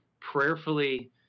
prayerfully